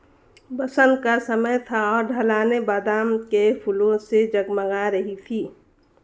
बसंत का समय था और ढलानें बादाम के फूलों से जगमगा रही थीं